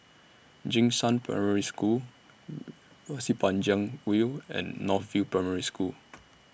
Jing Shan Primary School Pasir Panjang View and North View Primary School